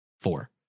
four